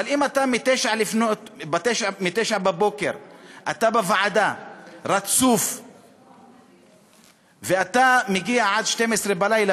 אבל אם מ-09:00 אתה בוועדה רצוף ואתה מגיע עד 12 בלילה